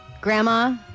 Grandma